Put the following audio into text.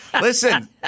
Listen